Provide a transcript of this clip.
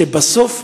שבסוף,